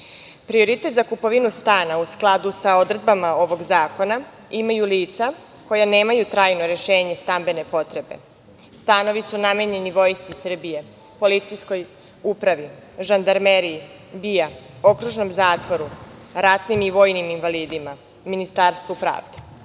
privatne. Prioritet za kupovinu stana, u skladu sa odredbama ovog zakona, imaju lica koja nemaju trajno rešenje stambene potrebe. Stanovi su namenjeni Vojsci Srbije, Policijskoj upravi, žandarmeriji, BIA, Okružnom zatvoru, ratnim i vojnim invalidima i Ministarstvu pravde.